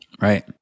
Right